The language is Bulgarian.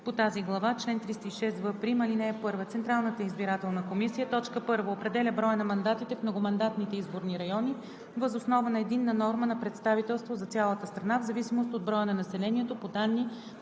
по тази глава Чл. 306в'. (1) Централната избирателна комисия: 1. определя броя на мандатите в многомандатните изборни райони въз основа на единна норма на представителство за цялата страна в зависимост от броя на населението по данни,